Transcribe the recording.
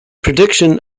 prediction